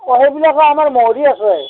অঁ সেইবিলাকৰ আমাৰ মহৰী অছে